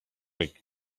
ric